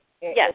Yes